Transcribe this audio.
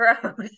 gross